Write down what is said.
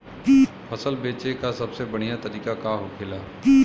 फसल बेचे का सबसे बढ़ियां तरीका का होखेला?